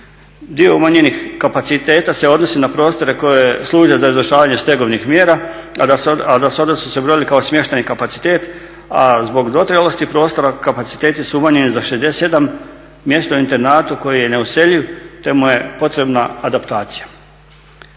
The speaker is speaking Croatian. Dio umanjenih kapaciteta se odnosi na prostore koje služe za izvršavanje stegovnih mjera, a … smještajni kapaciteti, a zbog dotrajalosti prostora kapaciteti su umanjeni za 76 mjesta u Internatu koji je neuseljiv te mu je potrebna adaptacija.